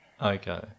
Okay